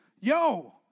Yo